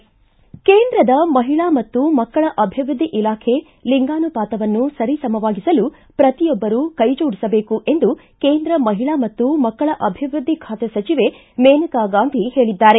ಕೇಂದ್ರದ ಮಹಿಳಾ ಮತ್ತು ಮಕ್ಕಳ ಅಭಿವೃದ್ಧಿ ಇಲಾಖೆ ಲಿಂಗಾನುಪಾತವನ್ನು ಸರಿ ಸಮವಾಗಿಸಲು ಪ್ರತಿಯೊಬ್ಬರು ಕೈ ಜೋಡಿಸಬೇಕು ಎಂದು ಕೇಂದ್ರ ಮಹಿಳಾ ಮತ್ತು ಮಕ್ಕಳ ಅಭಿವೃದ್ಧಿ ಖಾತೆ ಸಚಿವೆ ಮೇನಕಾ ಗಾಂಧಿ ಹೇಳಿದ್ದಾರೆ